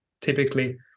typically